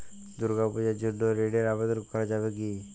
দুর্গাপূজার জন্য ঋণের আবেদন করা যাবে কি?